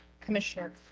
Commissioner